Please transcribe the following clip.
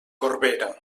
corbera